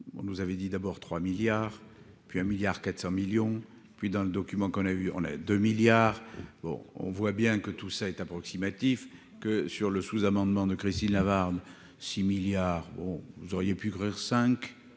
on nous avait dit d'abord 3 milliards, puis 1 milliard 400 millions puis dans le document qu'on a eu, on a 2 milliards, bon, on voit bien que tout ça est approximatif que sur le sous-amendement de Christine Lavarde 6 milliards bon, vous auriez pu écrire 5,